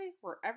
wherever